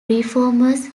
reformers